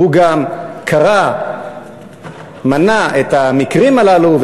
הוא גם מנה את המקרים הללו,